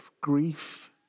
grief